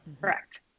Correct